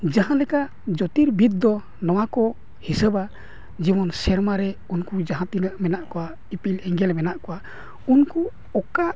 ᱡᱟᱦᱟᱸ ᱞᱮᱠᱟ ᱡᱳᱛᱤᱨ ᱵᱤᱫᱽ ᱫᱚ ᱱᱚᱣᱟ ᱠᱚ ᱦᱤᱥᱟᱹᱵᱟ ᱡᱮᱢᱚᱱ ᱥᱮᱨᱢᱟ ᱨᱮ ᱩᱱᱠᱩ ᱡᱟᱦᱟᱸ ᱛᱤᱱᱟᱹᱜ ᱢᱮᱱᱟᱜ ᱠᱚᱣᱟ ᱤᱯᱤᱞ ᱮᱸᱜᱮᱞ ᱢᱮᱱᱟᱜ ᱠᱚᱣᱟ ᱩᱱᱠᱩ ᱚᱠᱟ